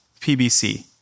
PBC